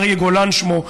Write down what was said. אריה גולן שמו,